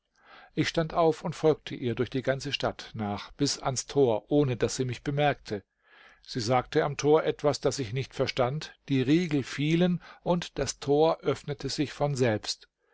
ich stand auf und folgte ihr durch die ganze stadt nach bis ans tor ohne daß sie mich bemerkte sie sagte am tor etwas das ich nicht verstand die riegel fielen und das tor öffnete sich von selbst